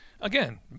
again